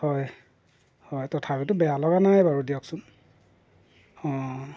হয় হয় তথাপিতো বেয়া লগা নাই বাৰু দিয়কচোন অঁ